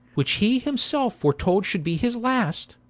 which he himselfe foretold should be his last,